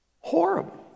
Horrible